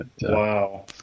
wow